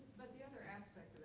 the other aspect